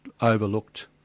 overlooked